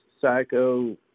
psycho